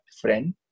friend